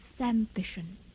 ambition